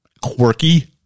quirky